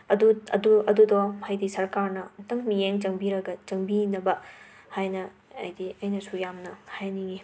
ꯑꯗꯨꯠ ꯑꯗꯨ ꯑꯗꯨꯗꯣ ꯍꯥꯏꯗꯤ ꯁꯔꯀꯥꯔꯅ ꯑꯃꯨꯛꯇꯪ ꯃꯤꯠꯌꯦꯡ ꯆꯪꯕꯤꯔꯒ ꯆꯪꯕꯤꯅꯕ ꯍꯥꯏꯅ ꯍꯥꯏꯗꯤ ꯑꯩꯅꯁꯨ ꯌꯥꯝꯅ ꯍꯥꯏꯅꯤꯡꯉꯤ